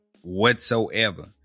whatsoever